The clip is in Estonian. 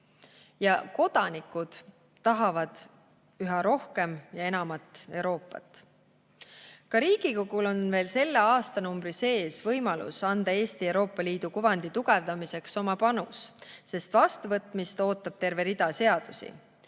Ja kodanikud tahavad üha rohkem ja enamat Euroopat. Ka Riigikogul on veel selle aastanumbri sees võimalus anda Eesti Euroopa Liidu kuvandi tugevdamiseks oma panus, sest vastuvõtmist ootab terve rida seadusi.